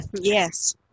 yes